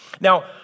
Now